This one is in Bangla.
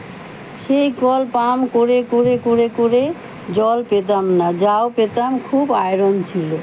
সেই কল পাম্প করে করে করে করে করে জল পেতাম না যাও পেতাম খুব আয়রন ছিলো